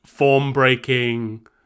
form-breaking